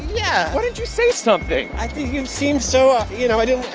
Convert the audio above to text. yeah why didn't you say something i think you seemed so you know, i didn't